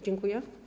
Dziękuję.